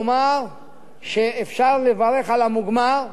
אני מקווה שמקרים כאלה לא יישנו, שלמדנו את הלקח,